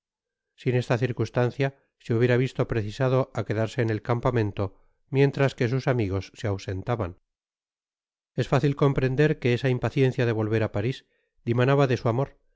sin esta circunstancia se hubiera visto precisado á quedarse en el campamento mientras que sus amigos se ausentaban es fácil comprender que esa impaciencia de volver á parís dimanaba de su amor y